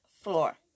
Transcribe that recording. floor